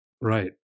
Right